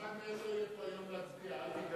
אף אחד מהם לא יהיה פה היום כדי להצביע.